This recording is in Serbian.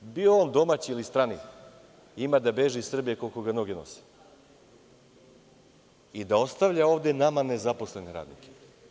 Bio on domaći ili strani, ima da beži iz Srbije koliko ga noge nose i da ostavlja ovde nama nezaposlene radnike.